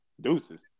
deuces